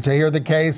to hear the case